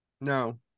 no